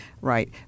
right